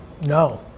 no